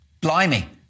blimey